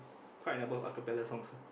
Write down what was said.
quite a number of acapella songs